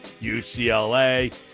UCLA